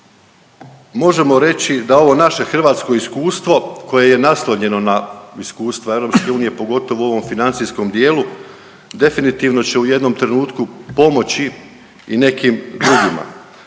Možemo reći da ovo naše hrvatsko iskustvo koje je naslonjeno na iskustvo EU, pogotovo u ovom financijskom dijelu, definitivno će u jednom trenutku pomoći i nekim drugima.